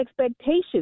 expectations